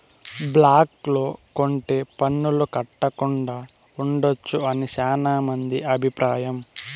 black లో కొంటె పన్నులు కట్టకుండా ఉండొచ్చు అని శ్యానా మంది అభిప్రాయం